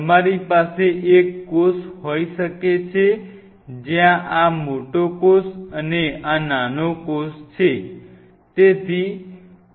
તમારી પાસે એક કોષ હોઈ શકે છે જ્યાં આ મોટો કોષ અને આ નાનો કોષ છે